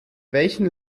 welchen